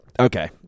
Okay